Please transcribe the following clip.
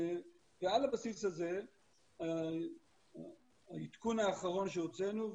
על הבסיס הזה העדכון האחרון שהוצאנו,